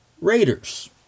raiders